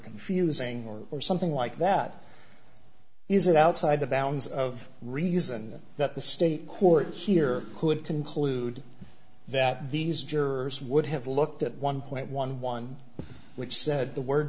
confusing or something like that is it outside the bounds of reason that the state court here could conclude that these jurors would have looked at one point one one which said the word